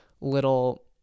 little